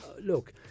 Look